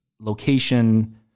location